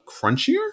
crunchier